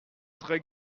très